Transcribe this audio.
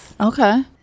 Okay